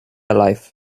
alive